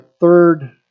third